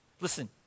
Listen